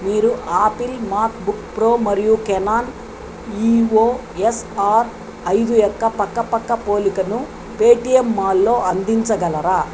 మీరు Apple MacBook Pro మరియు Canon EOS R ఐదు యొక్క పక్క పక్క పోలికను పేటీఎం మాల్లో అందించగలరా